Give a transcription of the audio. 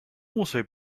also